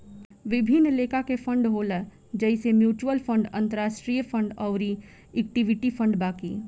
विभिन्न लेखा के फंड होला जइसे म्यूच्यूअल फंड, अंतरास्ट्रीय फंड अउर इक्विटी फंड बाकी